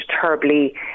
terribly